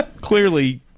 clearly